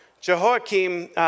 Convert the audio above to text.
Jehoiakim